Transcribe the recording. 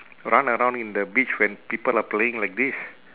run around in the beach when people are playing like this